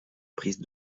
prise